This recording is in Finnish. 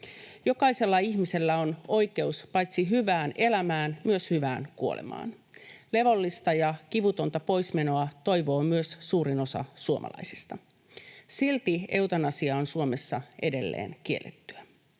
Jokaisella ihmisellä on oikeus paitsi hyvään elämään myös hyvään kuolemaan. Levollista ja kivutonta poismenoa toivoo myös suurin osa suomalaisista. Silti eutanasia on Suomessa edelleen kiellettyä.